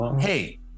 hey